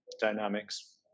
dynamics